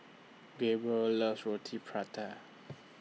Gabriel loves Roti Prata